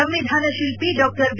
ಸಂವಿಧಾನಶಿಲ್ಪಿ ಡಾ ಬಿ